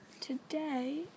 today